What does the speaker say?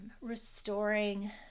restoring